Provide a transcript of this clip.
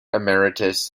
emeritus